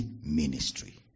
ministry